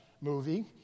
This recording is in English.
movie